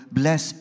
bless